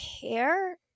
care